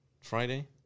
Friday